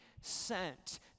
sent